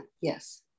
yes